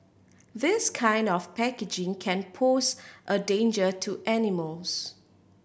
this kind of packaging can pose a danger to animals